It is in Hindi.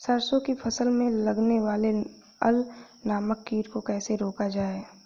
सरसों की फसल में लगने वाले अल नामक कीट को कैसे रोका जाए?